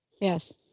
Yes